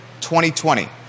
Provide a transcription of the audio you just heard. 2020